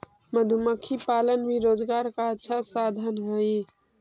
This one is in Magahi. मधुमक्खी पालन भी रोजगार का अच्छा साधन हई